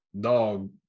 dog